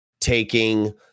taking